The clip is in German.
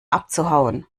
abzuhauen